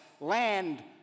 land